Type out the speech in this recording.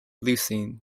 leucine